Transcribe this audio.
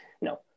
No